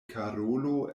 karolo